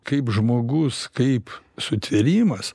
kaip žmogus kaip sutvėrimas